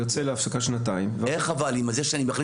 יוצא להפסקה שנתיים --- אם זה שאני מכניס